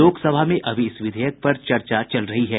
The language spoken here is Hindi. लोकसभा में अभी इस विधेयक पर चर्चा चल रही है